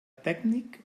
tècnic